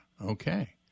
Okay